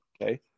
Okay